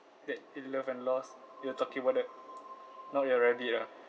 that you loved and lost you're talking about the not your rabbit ah